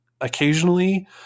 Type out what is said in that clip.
occasionally